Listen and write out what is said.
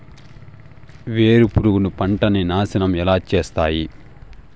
వేరుపురుగు పంటలని నాశనం ఎలా చేస్తాయి?